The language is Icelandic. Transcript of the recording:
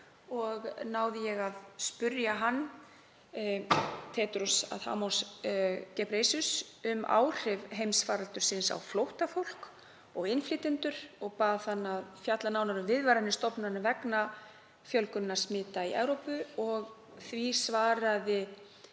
og náði ég að spyrja hann, Tedros Adhanom Ghebreyesus, um áhrif heimsfaraldursins á flóttafólk og innflytjendur og bað hann að fjalla nánar um viðvaranir stofnana vegna fjölgunar smita í Evrópu. Því svaraði